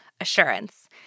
assurance